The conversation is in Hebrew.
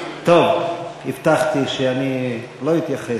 הבטחתי שאני לא אתייחס.